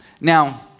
now